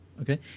Okay